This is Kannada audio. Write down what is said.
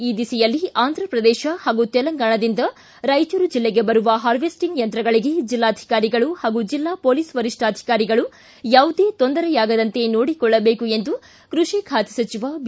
ಈ ದಿಸೆಯಲ್ಲಿ ಆಂಧ್ರಪ್ರದೇಶ ಹಾಗೂ ತೆಲಂಗಾಣದಿಂದ ರಾಯಚೂರು ಜಿಲ್ಲೆಗೆ ಬರುವ ಹಾರ್ವೆಸ್ಟಿಂಗ್ ಯಂತ್ರಗಳಿಗೆ ಜಿಲ್ಲಾಧಿಕಾರಿಗಳು ಹಾಗೂ ಜಿಲ್ಲಾ ಪೊಲೀಸ್ ವರಿಷ್ಠಾಧಿಕಾರಿಗಳು ಯಾವುದೇ ತೊಂದರೆಯಾಗದಂತೆ ಸೋಡಿಕೊಳ್ಳಬೇಕು ಎಂದು ಕೃಷಿ ಖಾತೆ ಸಚಿವ ಬಿ